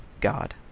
God